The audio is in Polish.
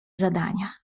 zadania